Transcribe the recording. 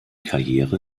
karriere